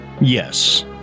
yes